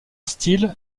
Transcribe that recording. style